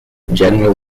general